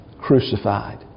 crucified